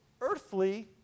earthly